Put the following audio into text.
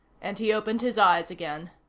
and he opened his eyes again.